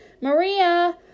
Maria